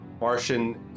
Martian